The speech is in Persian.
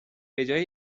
بجای